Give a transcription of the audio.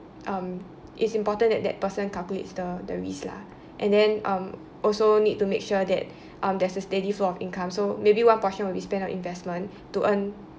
um it's important that that person calculates the the risk lah and then um also need to make sure that um there's a steady flow of income so maybe one portion will be spent on investment to earn